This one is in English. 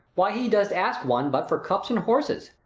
why he does ask one but for cups and horses,